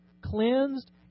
cleansed